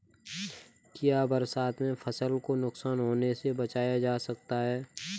क्या बरसात में फसल को नुकसान होने से बचाया जा सकता है?